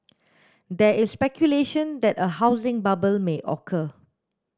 there is speculation that a housing bubble may occur